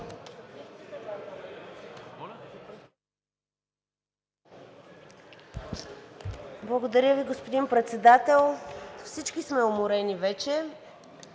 Благодаря Ви, господин Председател. Всички сме уморени вече.